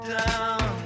down